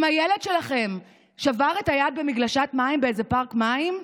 אם הילד שלכם שבר את היד במגלשת מים באיזה פארק מים,